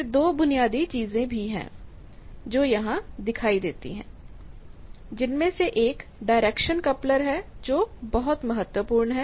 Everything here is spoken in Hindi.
फिर दो बुनियादी चीजें भी हैं जो यहां दिखाई देती हैं जिनमें से एक डायरेक्शनल कॉपलेर है जो बहुत महत्वपूर्ण है